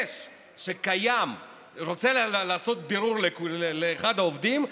אם הוא רוצה לעשות בירור לאחד העובדים,